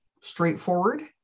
straightforward